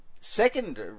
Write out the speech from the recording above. Second